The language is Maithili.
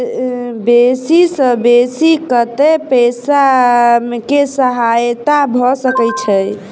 बेसी सऽ बेसी कतै पैसा केँ सहायता भऽ सकय छै?